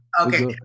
Okay